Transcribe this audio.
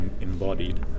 embodied